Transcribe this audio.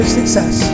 Success